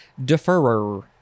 Deferrer